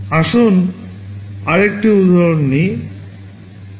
আসুন আরেকটি উদাহরণ নিই